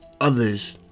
others